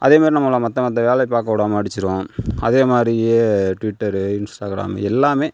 அதேமாதிரி நம்மளை மற்ற மற்ற வேலையை பார்க்க விடாம அடிச்சுடும் அதேமாதிரியே ட்விட்டர் இன்ஸ்டாகிராம் எல்லாமே